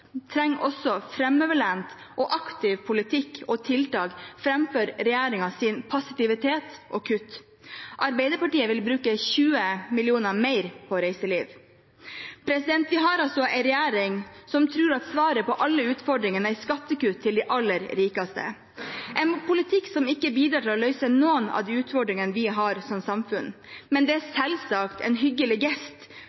trenger også framoverlent og aktiv politikk og tiltak, framfor regjeringens passivitet og kutt. Arbeiderpartiet vil bruke 20 mill. kr mer på reiseliv. Vi har altså en regjering som tror at svaret på alle utfordringene er skattekutt til de aller rikeste, en politikk som ikke bidrar til å løse noen av de utfordringene vi har som samfunn, men det er